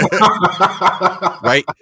right